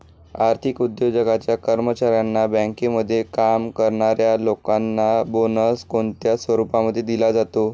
आर्थिक उद्योगाच्या कर्मचाऱ्यांना, बँकेमध्ये काम करणाऱ्या लोकांना बोनस कोणत्या रूपामध्ये दिला जातो?